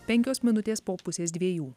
penkios minutės po pusės dviejų